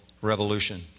revolution